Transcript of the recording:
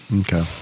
Okay